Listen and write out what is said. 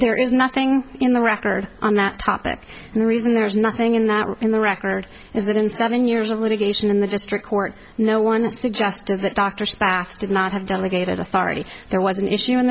there is nothing in the record on that topic and the reason there's nothing in that in the record is that in seven years of litigation in the district court no one has suggested that dr staff did not have delegated authority there was an issue in